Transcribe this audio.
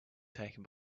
taken